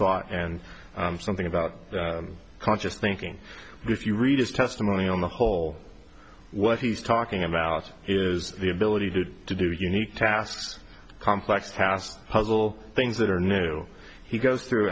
thought and something about conscious thinking if you read his testimony on the whole what he's talking about is the ability to to do unique tasks complex tasks puzzle things that are new he goes through